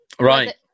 right